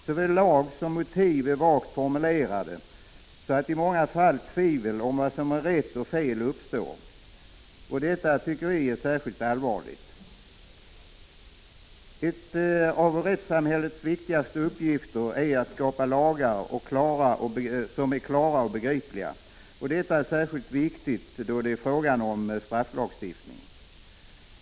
Såväl lag som motiv är vagt formulerade, så att i många fall tvivel om vad som är rätt och fel uppstår. Detta är särskilt allvarligt. Ett av rättssamhällets viktigaste uppgifter är att skapa lagar som är klara och begripliga. Detta är särskilt viktigt då det är fråga om strafflagstiftning.